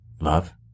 love